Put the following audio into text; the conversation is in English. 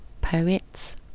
poets